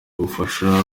kugufasha